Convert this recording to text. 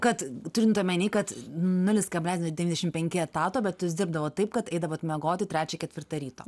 kad turint omeny kad nulis kablelis devyniasdešim penki etato bet jūs dirbdavot taip kad eidavot miegoti trečią ketvirtą ryto